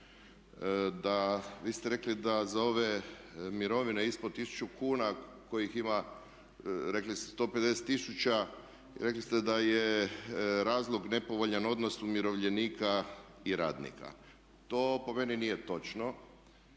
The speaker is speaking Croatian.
da vi ste rekli da za ove mirovine ispod 1000 kuna kojih ima rekli ste 150 000, rekli ste da je razlog nepovoljan odnos umirovljenika i radnika. To po meni nije točno